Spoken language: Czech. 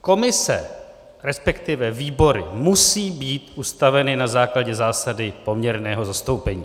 Komise, resp. výbory musí být ustaveny na základě zásady poměrného zastoupení.